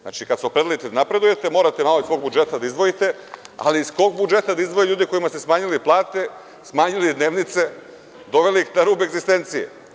Znači, kada se opredelite da napredujete morate malo iz svog budžeta da izdvojite, ali iz kog budžeta da izdvoje ljudi kojima ste smanjili plate, smanjili dnevnice, doveli ih na rub egzistencije?